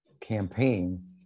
campaign